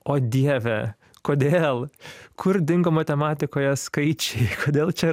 o dieve kodėl kur dingo matematikoje skaičiai kodėl čia